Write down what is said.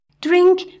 drink